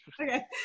Okay